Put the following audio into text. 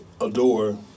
adore